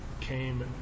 came